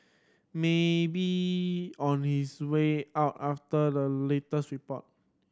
may be on his way out after the latest report